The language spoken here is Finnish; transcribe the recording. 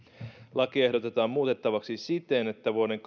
lakia ehdotetaan muutettavaksi siten että vuoden